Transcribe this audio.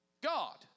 God